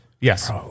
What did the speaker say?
Yes